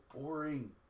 boring